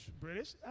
British